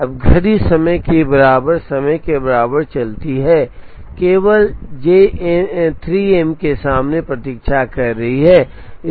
अब घड़ी समय के बराबर समय के बराबर चलती है 11 केवल J 3 M के सामने प्रतीक्षा कर रही है